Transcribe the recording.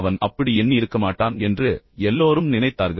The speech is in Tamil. அவன் அப்படி எண்ணியிருக்க மாட்டான் என்று எல்லோரும் நினைத்தார்கள்